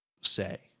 say